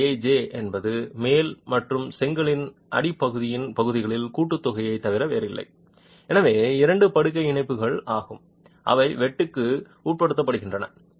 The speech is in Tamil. a j என்பது மேல் மற்றும் செங்கலின் அடிப்பகுதியின் பகுதிகளின் கூட்டுத்தொகையைத் தவிர வேறில்லை அவை இரண்டு படுக்கை இணைப்புகள் ஆகும் அவை வெட்டுக்கு உட்படுத்தப்படுகின்றன